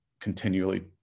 continually